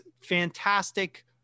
fantastic